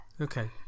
Okay